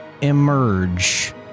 emerge